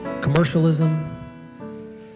commercialism